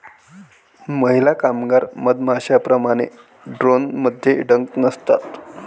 महिला कामगार मधमाश्यांप्रमाणे, ड्रोनमध्ये डंक नसतात